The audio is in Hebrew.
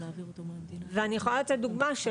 ואני יכולה לתת דוגמה.